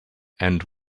and